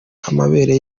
amabere